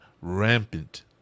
rampant